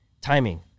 timing